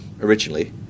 originally